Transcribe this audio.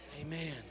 Amen